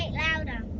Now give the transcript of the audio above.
louder